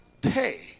pay